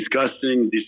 disgusting